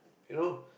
you know